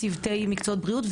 צוותי מקצועות בריאות,